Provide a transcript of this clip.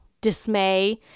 dismay